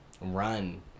run